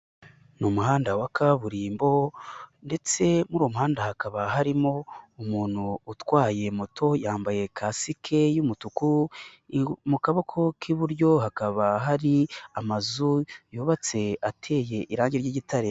Ni umuhanda wa kaburimbo ndetse muri uwo muhanda hakaba harimo umuntu utwaye moto yambaye kasike y'umutuku, mu kaboko k'iburyo hakaba hari amazu yubatse ateye irangi ry'igitare.